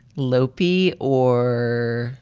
low p or.